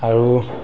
আৰু